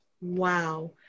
Wow